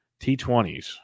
t20s